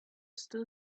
still